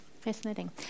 Fascinating